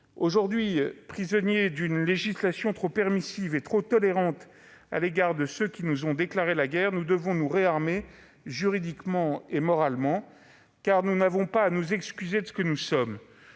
Aujourd'hui prisonniers d'une législation trop permissive et trop tolérante à l'égard de ceux qui nous ont déclaré la guerre, nous devons nous réarmer, juridiquement et moralement. Nous n'avons pas à nous excuser d'être ce que nous sommes